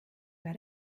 bei